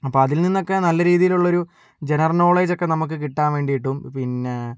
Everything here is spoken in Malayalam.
അപ്പോൾ അതിൽ നിന്നൊക്കെ നല്ല രീതിയിലുള്ളൊരു ജനറൽ നോളേജൊക്കെ നമുക്ക് കിട്ടാൻ വേണ്ടിയിട്ടും പിന്നെ